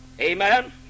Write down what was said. Amen